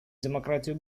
демократию